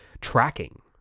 tracking